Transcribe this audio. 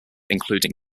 including